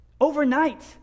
Overnight